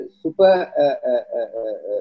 super